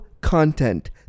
content